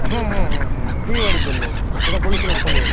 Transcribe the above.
হ্যাঁ হ্যাঁ হ্যাঁ হ্যাঁ বিয়েবাড়ির জন্য এটা বলেছিলাম ফোনে